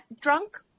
drunk